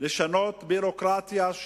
לשנות ביורוקרטיה,